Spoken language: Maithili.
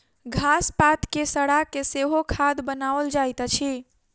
घास पात के सड़ा के सेहो खाद बनाओल जाइत अछि